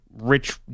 Rich